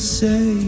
say